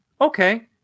okay